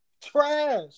Trash